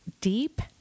deep